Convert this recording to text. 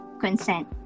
consent